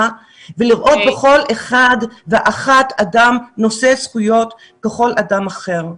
ולראות בכל אחד ואחת אדם נושא זכויות ככל אדם אחר.